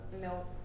No